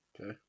Okay